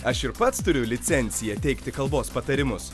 aš ir pats turiu licenciją teikti kalbos patarimus